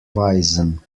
weisen